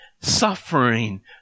suffering